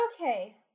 Okay